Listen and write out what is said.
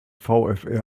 vfr